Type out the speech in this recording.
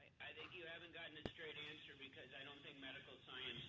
i think you haven't gotten a straight answer because i don't think medical